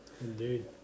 Indeed